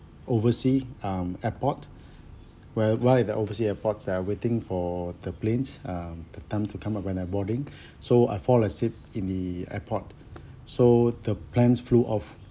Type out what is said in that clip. oversea um airport while while at the overseas airports I waiting for the plane's um datang to come up when I boarding so I fall asleep in the airport so the plane flew off